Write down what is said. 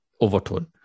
overtone